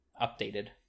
updated